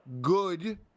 good